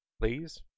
please